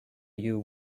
you